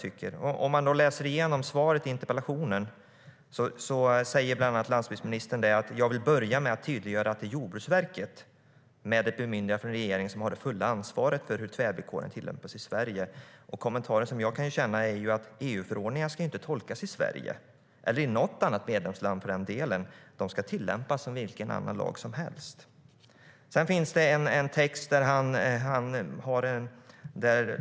I interpellationssvaret säger landsbygdsministern bland annat: "Jag vill börja med att tydliggöra att det är Jordbruksverket, som utifrån ett bemyndigande från regeringen, har det fulla ansvaret för hur tvärvillkoren tillämpas i Sverige." Men EU-förordningar ska inte tolkas i Sverige eller i något annat medlemsland, för den delen. De ska tillämpas som vilken annan lag som helst.